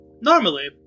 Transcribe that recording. Normally